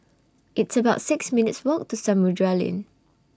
It's about six minutes' Walk to Samudera Lane